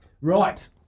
right